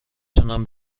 تونم